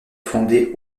fondé